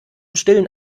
stillen